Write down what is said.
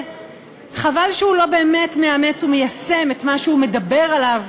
חבל שהוא לא באמת מאמץ ומיישם את מה שהוא מדבר עליו,